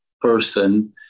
person